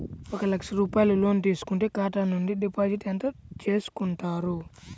ఒక లక్ష రూపాయలు లోన్ తీసుకుంటే ఖాతా నుండి డిపాజిట్ ఎంత చేసుకుంటారు?